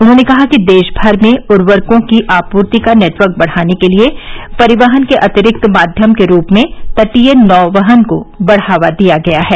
उन्होंने कहा कि देशभर में उर्वरकों की आपूर्ति का नेटवर्क बढ़ाने के लिए परिवहन के अतिरिक्त माध्यम के रूप में तटीय नौवहन को बढ़ावा दिया गया है